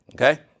Okay